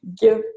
give